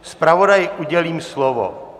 Zpravodaji udělím slovo.